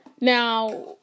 Now